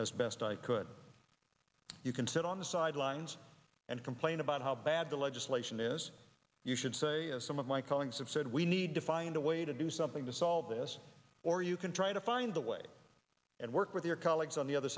as best i could you can sit on the sidelines and complain about how bad the legislation is you should say as some of my colleagues have said we need to find a way to do something to solve this or you can try to find a way and work with your colleagues on the other